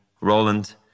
Roland